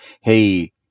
hey